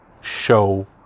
show